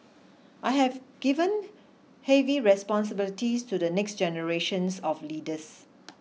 I have given heavy responsibilities to the next generations of leaders